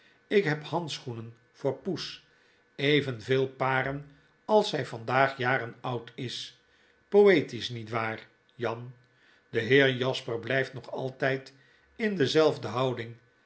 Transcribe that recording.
ik heb handschoenen voor poes evenveel paren als zy vandaag jaren oud is poetisch niet waar jan de heer jasper blijft nog altyd in dezelfde houding